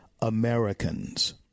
Americans